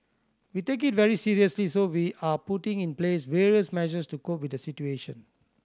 we take it very seriously so we are putting in place various measures to cope with the situation